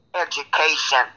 education